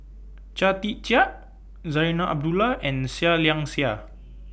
Chia Tee Chiak Zarinah Abdullah and Seah Liang Seah